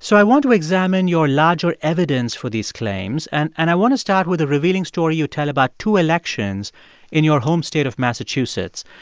so i want to examine your larger evidence for these claims and and i want to start with a revealing story you tell about two elections in your home state of massachusetts.